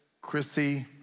Chrissy